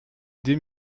deux